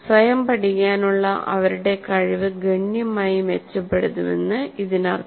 സ്വയം പഠിക്കാനുള്ള അവരുടെ കഴിവ് ഗണ്യമായി മെച്ചപ്പെടുമെന്നാണ് ഇതിനർത്ഥം